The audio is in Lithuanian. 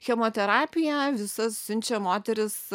chemoterapiją visas siunčia moteris